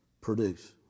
produce